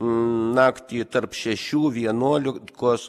naktį tarp šešių vienuolikos